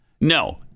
No